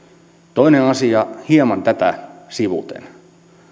toinen asia hieman tätä sivuten